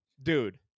Dude